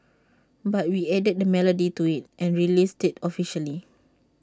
but we added the melody to IT and released IT officially